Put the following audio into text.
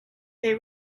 they